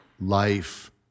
life